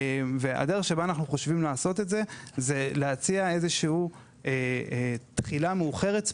הדרך שבה אנחנו חושבים לעשות את זה היא להציע איזה שהוא תחילה מאוחרת,